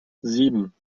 sieben